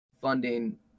funding